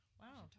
wow